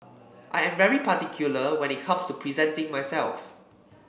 I am very particular when it comes to presenting myself